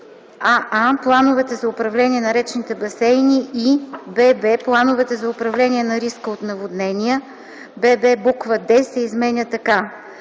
аа) плановете за управление на речните басейни, и бб) плановете за управление на риска от наводнения;”; бб) буква „д” се изменя така: